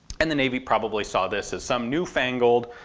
and the navy probably saw this as some new-fangled,